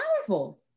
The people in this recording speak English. powerful